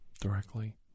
directly